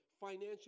financial